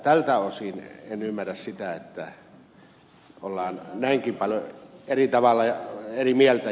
tältä osin en ymmärrä sitä että ollaan näinkin paljon eri tavalla eri mieltä